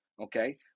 okay